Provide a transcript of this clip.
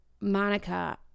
Monica